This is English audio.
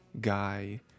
guy